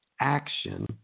action